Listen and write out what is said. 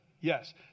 Yes